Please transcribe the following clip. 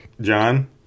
john